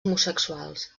homosexuals